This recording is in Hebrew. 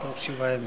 תוך שבעה ימים.